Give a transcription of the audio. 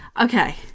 Okay